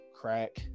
crack